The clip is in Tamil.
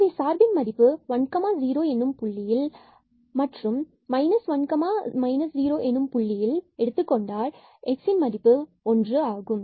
எனவே சார்பின் மதிப்பு 10 புள்ளியில் 1 மற்றும் 1 0 என எடுத்துக்கொண்டால் x 1 ஆகும்